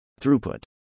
Throughput